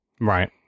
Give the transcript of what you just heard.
Right